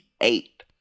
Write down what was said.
eight